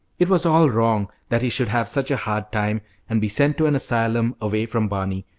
it was all wrong that he should have such a hard time and be sent to an asylum away from barney,